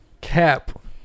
cap